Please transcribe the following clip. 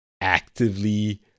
actively